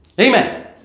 Amen